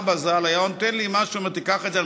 אבא ז"ל היה נותן לי משהו ואומר: תיקח את זה.